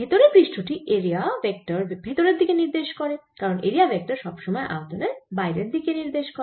ভেতরের পৃষ্ঠ টির এরিয়া ভেক্টর ভেতরের দিকে নির্দেশ করে কারণ এরিয়া ভেক্টর সব সময় আয়তনের বাইরের দিকে নির্দেশ করে